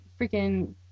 freaking